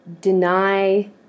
deny